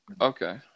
Okay